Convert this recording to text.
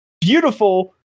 Beautiful